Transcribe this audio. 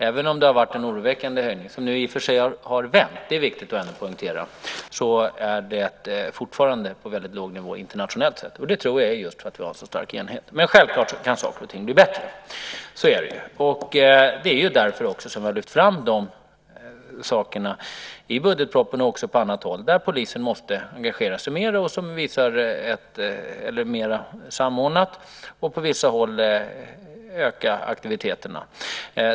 Även om det har varit en oroväckande höjning som i och för sig har vänt nu - det är ändå viktigt att poängtera - är det fortfarande på en väldigt låg nivå internationellt sett. Det tror jag beror just på att vi har en så stark enighet. Men självklart kan saker och ting bli bättre. Så är det. Och det är därför som vi har lyft fram de här sakerna i budgetpropositionen, och också på annat håll, där polisen måste engagera sig mera, och mera samordnat, och på vissa håll öka aktiviteterna.